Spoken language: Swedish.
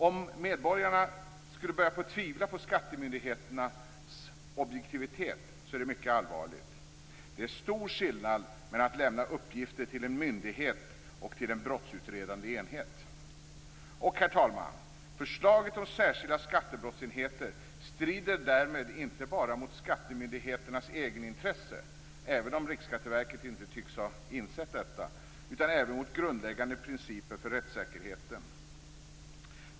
Om medborgarna skulle börja tvivla på skattemyndigheternas objektivitet vore det mycket allvarligt. Det är stor skillnad mellan att lämna uppgifter till en myndighet och till en brottsutredande enhet. Herr talman! Förslaget om särskilda skattebrottsenheter strider därmed inte bara mot skattemyndigheternas egenintresse, även om Rikskatteverket inte tycks ha insett detta, utan även mot grundläggande principer för rättssäkerheten.